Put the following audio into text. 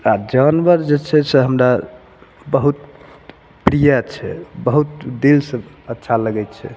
आ जानवर जे छै से हमरा बहुत प्रिय छै बहुत दिल सऽ अच्छा लगै छै